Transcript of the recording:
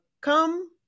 come